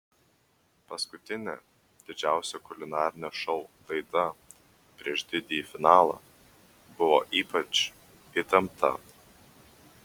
paskutinė didžiausio kulinarinio šou laida prieš didįjį finalą buvo ypač įtempta